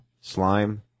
Slime